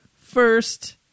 first